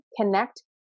connect